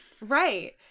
right